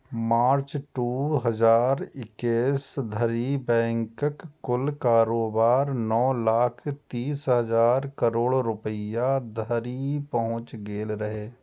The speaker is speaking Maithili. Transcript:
मार्च, दू हजार इकैस धरि बैंकक कुल कारोबार नौ लाख तीस हजार करोड़ रुपैया धरि पहुंच गेल रहै